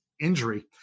injury